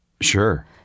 Sure